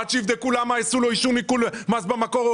עד שיבדקו למה הורידו לו מס במקור,